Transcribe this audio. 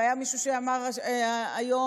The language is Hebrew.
והיה מישהו שאמר היום,